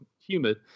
humid